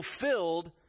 fulfilled